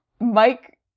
Mike